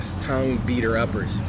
tongue-beater-uppers